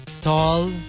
Tall